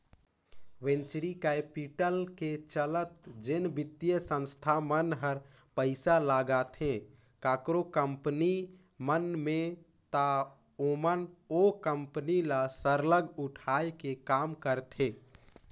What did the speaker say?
venture capital के चलत जेन बित्तीय संस्था मन हर पइसा लगाथे काकरो कंपनी मन में ता ओमन ओ कंपनी ल सरलग उठाए के काम करथे